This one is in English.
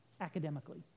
Academically